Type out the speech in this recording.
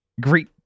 greet